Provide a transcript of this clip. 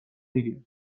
میگه